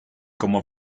como